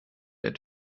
der